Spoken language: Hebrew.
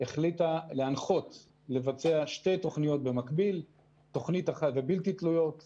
החליטה להנחות לבצע שתי תוכניות בלתי תלויות במקביל,